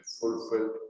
fulfilled